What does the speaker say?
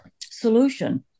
solution